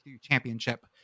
championship